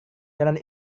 jalan